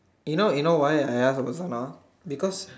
you know you know why I ask about Zana because